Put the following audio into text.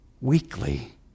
weekly